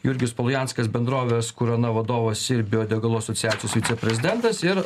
jurgis poljanskas bendrovės kurana vadovas ir biodegalų asociacijos viceprezidentas ir